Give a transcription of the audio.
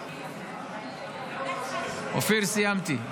אופיר, סיימתי.